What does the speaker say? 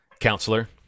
Counselor